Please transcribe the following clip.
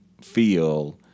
feel